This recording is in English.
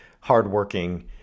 hardworking